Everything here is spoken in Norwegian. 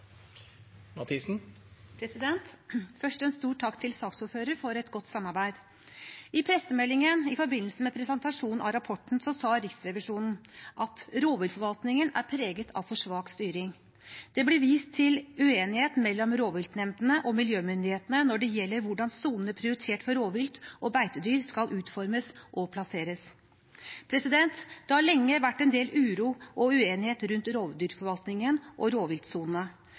til saksordføreren for et godt samarbeid. I pressemeldingen i forbindelse med presentasjonen av rapporten sa Riksrevisjonen at rovviltforvaltningen er preget av for svak styring. Det ble vist til uenighet mellom rovviltnemndene og miljømyndighetene når det gjelder hvordan soner prioritert for rovvilt og beitedyr skal utformes og plasseres. Det har lenge vært en del uro og uenighet rundt rovdyrforvaltningen og rovviltsonene.